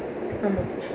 ஆமாம்:aamaam